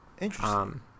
Interesting